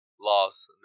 laws